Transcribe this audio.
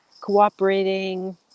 cooperating